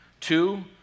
Two